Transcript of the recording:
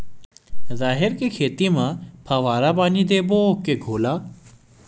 राहेर के खेती म फवारा पानी देबो के घोला?